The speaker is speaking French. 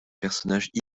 personnage